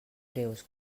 breus